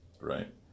right